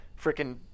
freaking